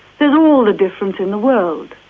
there's um all the difference in the world.